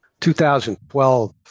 2012